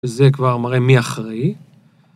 זה כבר מראה מי אחראי.